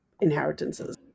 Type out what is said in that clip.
inheritances